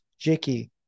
Jicky